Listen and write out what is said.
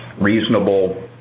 reasonable